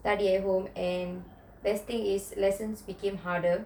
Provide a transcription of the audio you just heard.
study at home and best thing is lessons became harder